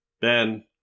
Ben